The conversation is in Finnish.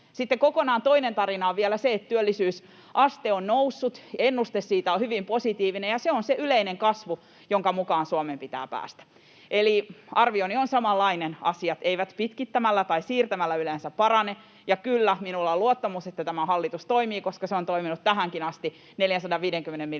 kokonaan toinen tarina on vielä se, että työllisyysaste on noussut. Ennuste siitä on hyvin positiivinen, ja se on se yleinen kasvu, jonka mukaan Suomen pitää päästä. Eli arvioni on samanlainen, että asiat eivät pitkittämällä tai siirtämällä yleensä parane, ja kyllä minulla on luottamus, että tämä hallitus toimii, koska se on toiminut tähänkin asti 450 miljoonan